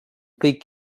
kõik